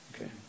Okay